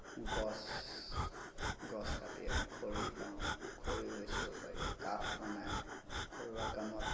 গছ গছ কাটি আমি খৰি পাওঁ খৰিও বেচিব পাৰি কাঠ বনাই ঘৰুৱা কামত